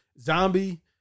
zombie